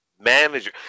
manager